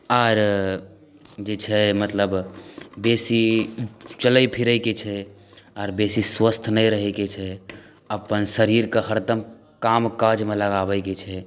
आर जे छै मतलब बेसी चलै फिरैके छै आर बेसी स्वस्थ नहि रहैक छै अपन शरीरके हरदम काम काजमे लगेबाक छै